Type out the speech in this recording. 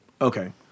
Okay